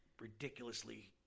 ridiculously